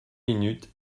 minutes